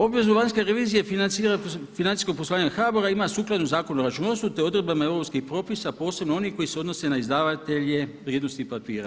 Obvezu vanjske revizije financijskog poslovanja HBOR-a ima sukladno Zakonu o računovodstvu te odredbama europskih propisa, posebno onih koji se odnose na izdavatelja vrijednosnih papira.